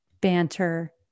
banter